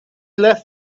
left